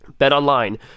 BetOnline